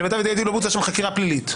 למיטב ידיעתי לא בוצעה שם חקירה פלילית.